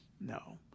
No